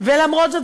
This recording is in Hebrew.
ולמרות זאת,